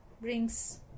brings